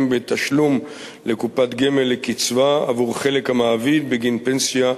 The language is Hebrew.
בתשלום לקופת גמל לקצבה עבור חלק המעביד בגין פנסיה ופיצויים.